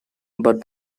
but